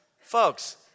Folks